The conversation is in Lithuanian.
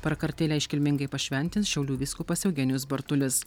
prakartėlę iškilmingai pašventins šiaulių vyskupas eugenijus bartulis